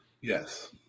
Yes